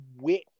wit